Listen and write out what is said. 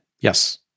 Yes